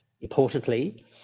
Importantly